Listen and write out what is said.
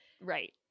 Right